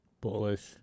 bullish